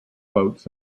boats